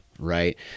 Right